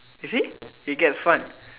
you see it gets fun